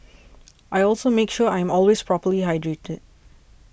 I also make sure I am always properly hydrated